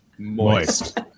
Moist